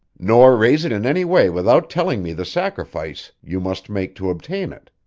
nor raise it in any way without telling me the sacrifice you must make to obtain it.